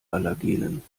allergenen